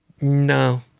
no